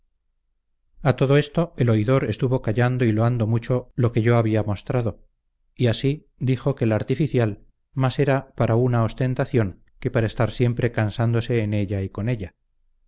a todo esto el oidor estuvo callando y loando mucho la que yo había mostrado y así dijo que la artificial más era para una ostentación que para estar siempre cansándose en ella y con ella